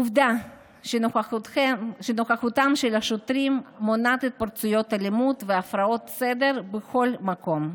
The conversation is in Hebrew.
עובדה שנוכחותם של השוטרים מונעת התפרצויות אלימות והפרות סדר בכל מקום.